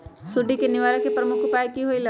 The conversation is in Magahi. सुडी के निवारण के प्रमुख उपाय कि होइला?